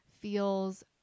feels